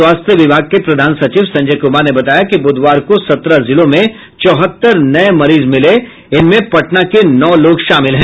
स्वास्थ्य विभाग के प्रधान सचिव संजय कुमार ने बताया कि बुधवार को सत्रह जिलों में चौहत्तर नये मरीज मिले जिसमें पटना के नौ लोग शामिल हैं